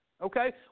Okay